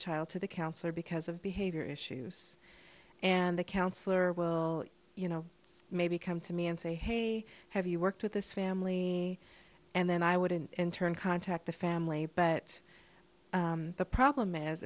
child to the counselor because of behavior issues and the counselor will you know maybe come to me and say hey have you worked with this family and then i would in turn contact the family but the problem